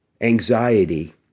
anxiety